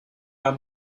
are